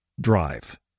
drive